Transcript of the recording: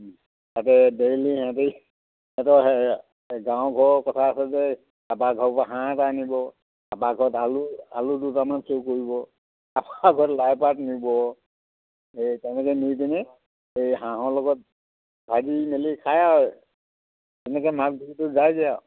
তাতে ডেইলি সিহঁতে সিহঁতৰ গাঁৱৰ ঘৰৰ কথা আছে যে কাবাৰ ঘৰৰ পৰা হাঁহ এটা আনিব কাবাৰ ঘৰত আলু আলু দুটামান চোৰ কৰিব কাবাৰ লাইপাত নিব এই তেনেকৈ নি পিনে এই হাঁহৰ লগত ভাজি মেলি খায় তেনেকৈ মাঘ বিহুটো যায়গৈ আৰু